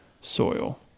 soil